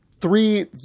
three